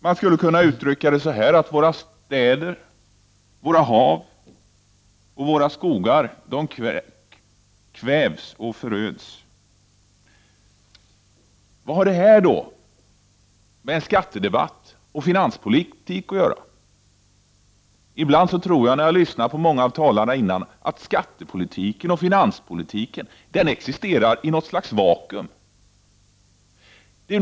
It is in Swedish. Man skulle kunna uttrycka det så, att våra städer, hav och skogar kvävs och föröds. Vad har då detta med en skattedebatt och med finanspolitik att göra? Ibland tror jag när jag lyssnar på många av talarna att skattepolitiken och finanspolitiken existerar i något slags vakuum.